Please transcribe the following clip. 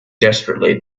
desperately